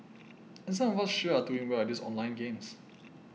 and some of us sure are doing well at these online games